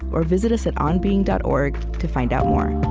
or visit us at onbeing dot org to find out more